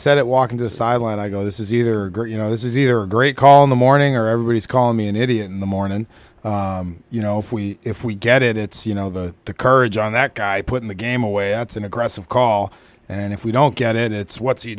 said it walking to the sideline i go this is either you know this is either a great call in the morning or everybody's calling me an idiot in the morning you know if we if we get it it's you know the the courage on that guy put in the game away it's an aggressive call and if we don't get it it's what's he